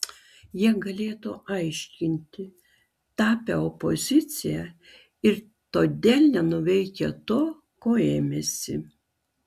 jie galėtų aiškinti tapę opozicija ir todėl nenuveikę to ko ėmėsi